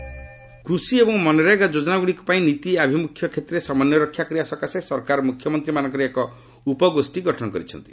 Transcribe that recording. ନୀତି ଆୟୋଗ କୃଷି ଏବଂ ମନରେଗା ଯୋଜନାଗୁଡ଼ିକ ପାଇଁ ନୀତି ଆଭିମୁଖ୍ୟ କ୍ଷେତ୍ରରେ ସମନ୍ୱୟ ରକ୍ଷା କରିବା ସକାଶେ ସରକାର ମୁଖ୍ୟମନ୍ତ୍ରୀମାନଙ୍କର ଏକ ଉପଗୋଷ୍ଠୀ ଗଠନ କରିଛନ୍ତି